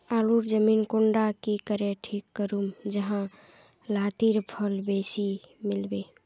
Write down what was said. आलूर जमीन कुंडा की करे ठीक करूम जाहा लात्तिर फल बेसी मिले?